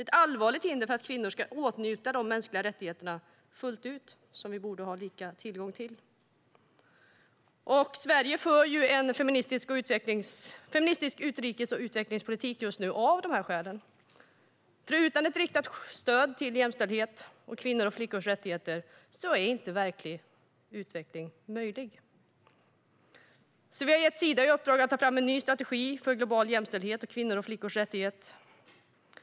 De utgör allvarliga hinder för kvinnor att fullt ut åtnjuta de mänskliga rättigheterna, som vi borde ha lika tillgång till. Sverige för en feministisk utrikes och utvecklingspolitik av just dessa skäl. Utan riktat stöd till jämställdhet och till kvinnors och flickors rättigheter är verklig utveckling inte möjlig. Därför har vi gett Sida i uppdrag att ta fram en ny strategi för global jämställdhet och kvinnors och flickors rättigheter.